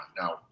now